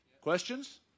Questions